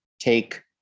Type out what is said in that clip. take